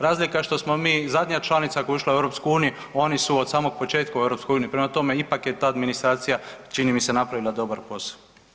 Razlika je što smo mi zadnja članica koja je ušla u EU, a oni su od samog početka u EU, prema tome ipak je ta administracija čini mi napravila dobar posao.